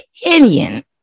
opinion